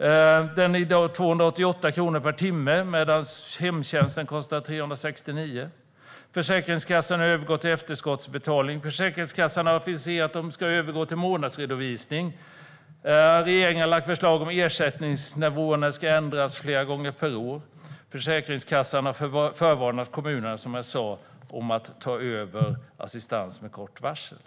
- den är i dag 288 kronor per timme medan hemtjänsten kostar 369. Försäkringskassan har övergått till efterskottsbetalning. Försäkringskassan har aviserat att man ska övergå till månadsredovisning. Regeringen har lagt förslag om att ersättningsnivåerna ska ändras flera gånger per år. Försäkringskassan har, som jag sa, förvarnat kommunerna om att de kan behöva ta över assistans med kort varsel.